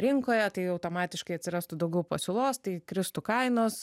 rinkoje tai automatiškai atsirastų daugiau pasiūlos tai kristų kainos